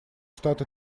штаты